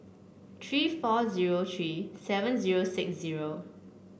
three four zero three seven zero six zero